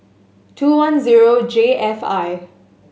two one zero J F I